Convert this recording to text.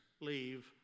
leave